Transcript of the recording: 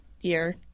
year